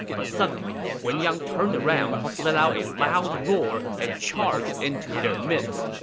but suddenly, wen yang turned around, let out a loud roar, and charged into their midst.